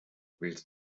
willst